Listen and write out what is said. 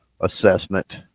assessment